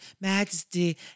majesty